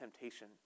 temptation